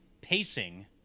pacing